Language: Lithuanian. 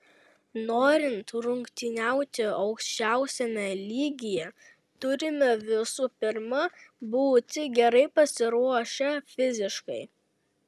norint rungtyniauti aukščiausiame lygyje turime visų pirma būti gerai pasiruošę fiziškai